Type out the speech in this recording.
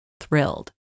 thrilled